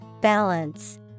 Balance